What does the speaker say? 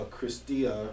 christia